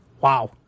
wow